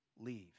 leave